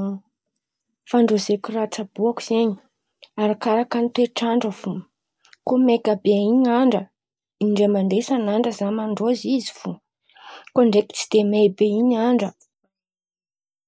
Fandrôzeko raha tsaboaka zen̈y arakaraka ny toetr'andra fo. Koa maika be in̈y andra indray mandeha isan'andra zah mandrôzy izy. Fo koa ndraiky tsy de may be in̈y andra